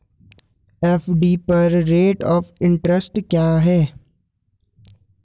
FD पर rate of interest क्या है?